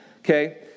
Okay